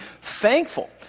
thankful